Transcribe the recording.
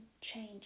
change